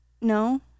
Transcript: no